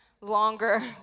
longer